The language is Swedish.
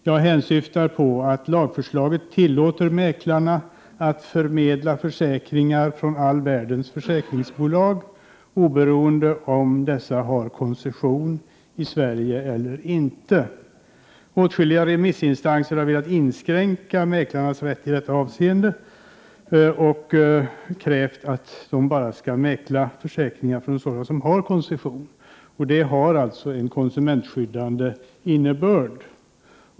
Jag hänsyftar på att lagförslaget tillåter mäklarna att förmedla försäkringar från all världens försäkringsbolag, oberoende om dessa har koncession i Sverige eller inte. Åtskilliga remissinstanser har velat inskränka mäklarnas rätt i detta avseende och har krävt att de bara skulle få mäkla försäkringar från sådana som har koncession. Det har alltså en konsumentskyddande innebörd.